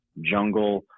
jungle